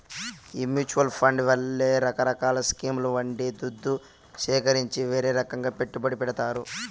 ఈ mutual fund వాళ్లే రకరకాల స్కీంల నుండి దుద్దు సీకరించి వీరే రకంగా పెట్టుబడి పెడతారు